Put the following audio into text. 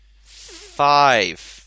Five